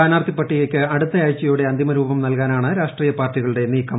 സ്ഥാനാർത്ഥി പട്ടികയ്ക്ക് അടുത്ത ആഴ്ചയോടെ അന്തിമരൂപം നൽകാനാണ് രാഷ്ട്രീയ പാർട്ടികളുടെ നീക്കം